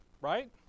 Right